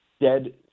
dead